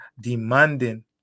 demanding